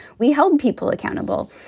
we hold people accountable.